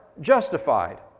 justified